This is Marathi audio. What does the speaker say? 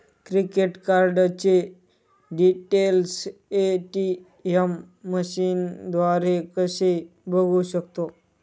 क्रेडिट कार्डचे डिटेल्स ए.टी.एम मशीनद्वारे कसे बघू शकतो?